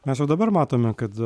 mes jau dabar matome kad